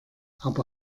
aber